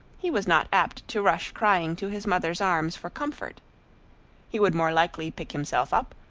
he was not apt to rush crying to his mother's arms for comfort he would more likely pick himself up,